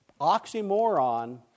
oxymoron